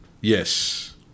yes